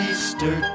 Easter